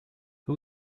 who